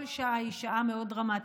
כל שעה היא שעה מאוד דרמטית,